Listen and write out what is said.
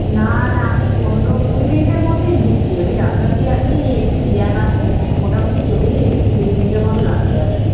না না আমি পনেরো কুড়ি মিনিটের মধ্যেই ঢুকছি আমি রাস্তাতেই আছি একটু জ্যাম আছে মোটামুটি চলেই এসছি কুড়ি মিনিটের মতো লাগবে আর কি